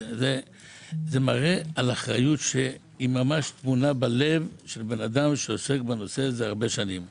זה מראה על אחריות שממש טמונה בלב של אדם שעוסק בנושא הזה שנים רבות.